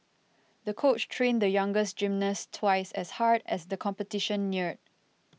the coach trained the young gymnast twice as hard as the competition neared